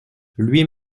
lui